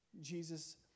Jesus